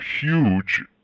huge